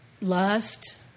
lust